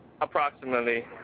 approximately